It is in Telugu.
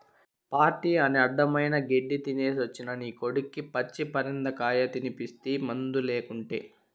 పార్టీ అని అడ్డమైన గెడ్డీ తినేసొచ్చిన నీ కొడుక్కి పచ్చి పరిందకాయ తినిపిస్తీ మందులేకుటే